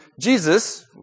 Jesus